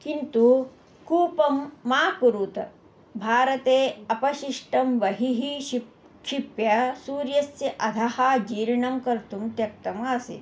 किन्तु कूपं मा कुरुत भारते अपशिष्टं बहिः क्षिप्य क्षिप्य सूर्यस्य अधः जीर्णं कर्तुं त्यक्तम् आसीत्